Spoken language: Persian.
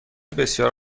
بسیار